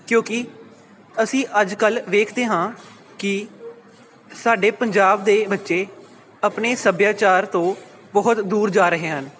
ਕਿਉਂਕਿ ਅਸੀਂ ਅੱਜ ਕੱਲ੍ਹ ਵੇਖਦੇ ਹਾਂ ਕਿ ਸਾਡੇ ਪੰਜਾਬ ਦੇ ਬੱਚੇ ਆਪਣੇ ਸੱਭਿਆਚਾਰ ਤੋਂ ਬਹੁਤ ਦੂਰ ਜਾ ਰਹੇ ਹਨ